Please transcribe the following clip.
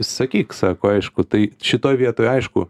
sakyk sako aišku tai šitoj vietoj aišku